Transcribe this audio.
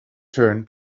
turn